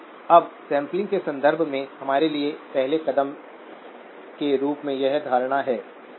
अब सैंपलिंग के संदर्भ में हमारे लिए पहले कदम के रूप में यह धारणा है